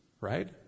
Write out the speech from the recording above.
right